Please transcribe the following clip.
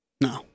No